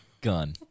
gun